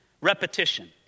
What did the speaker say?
Repetition